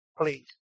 please